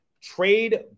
trade